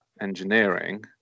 engineering